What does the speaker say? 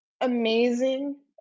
amazing